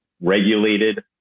regulated